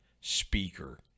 speaker